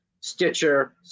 Stitcher